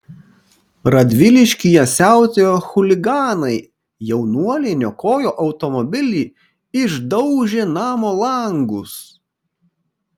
radviliškyje siautėjo chuliganai jaunuoliai niokojo automobilį išdaužė namo langus